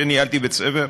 שניהלתי בית-ספר,